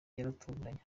yaratunguranye